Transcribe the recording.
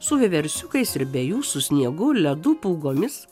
su vieversiukais ir be jų su sniegu ledu pūgomis